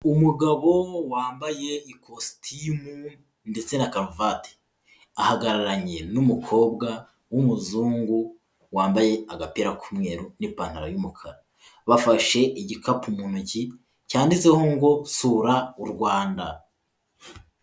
Umugabo wambaye ikositimu ndetse na karuvati, ahagararanye n'umukobwa w'umuzungu wambaye agapira k'umweru n'ipantaro y'umukara, bafashe igikapu mu ntoki cyanditseho ngo sura u Rwanda.